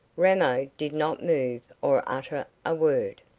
ramo did not move or utter a word.